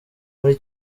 muri